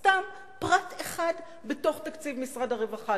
סתם, פרט אחד בתוך תקציב משרד הרווחה.